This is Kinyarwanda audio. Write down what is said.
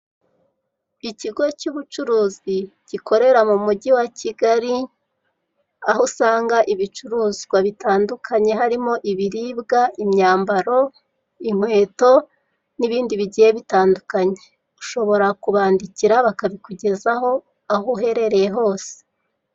Ikigo cy'ubucuruzi gikorera mu mugi wa Kigali, aho usanga ibicuruzwa bitandukanye harimo ibiribwa, imyambaro, inkweto n'ibindi bigiye bitandukanye, ushobora kubandikira bakabikugezaho aho uherereye hose.